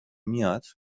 میاد